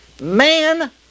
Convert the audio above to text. Man